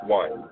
one